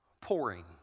pouring